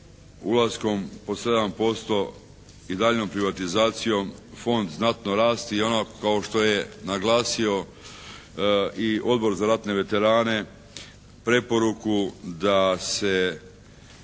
ulaskom po 7% i daljnjom privatizacijom Fond znatno rasti i ono kao što je naglasio i Odbor za ratne veterane preporuku da se